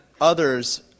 others